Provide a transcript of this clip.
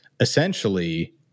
essentially